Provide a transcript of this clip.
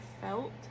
felt